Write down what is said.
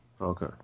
Okay